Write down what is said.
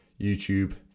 youtube